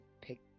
pick